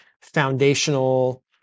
foundational